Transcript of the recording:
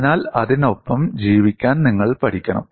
അതിനാൽ അതിനൊപ്പം ജീവിക്കാൻ നിങ്ങൾ പഠിക്കണം